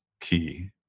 key